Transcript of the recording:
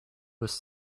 was